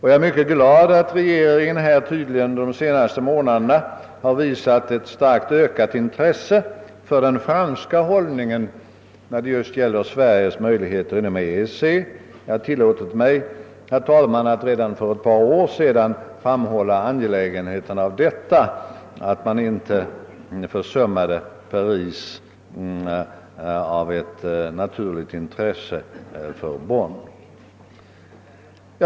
Jag är mycket glad att regeringen de senaste månaderna visat ett starkt ökat intresse för den franska hållningen beträffande Sveriges möjligheter inom EEC. Jag har redan för ett par år sedan tillåtit mig framhålla angelägenheten av att man inte försummade Paris till följd av ett naturligt intresse för Bonn.